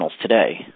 today